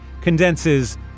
condenses